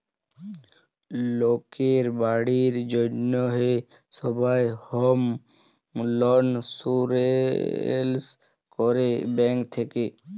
লকের বাড়ির জ্যনহে সবাই হম ইলসুরেলস ক্যরে ব্যাংক থ্যাকে